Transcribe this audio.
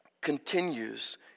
continues